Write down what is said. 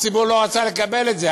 הציבור לא רצה לקבל את זה,